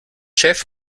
jeff